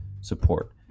support